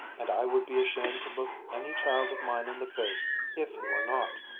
and i would be ashamed to look any child of mine in the face if he were not.